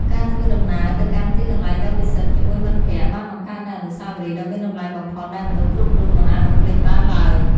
ការធ្វើដំណើរទៅកាន់ទីកន្លែងដ៏ពិសិដ្ឋជាមួយមិត្តភក្តិបានបង្កើតនូវអនុស្សាវរីយ៍ដ៏មានតម្លៃបំផុតដែលមនុស្សគ្រប់រូបមិនអាចបំភ្លេចបានឡើយ។